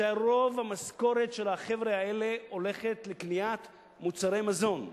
שרוב המשכורת של החבר'ה האלה הולכת לקניית מוצרי מזון.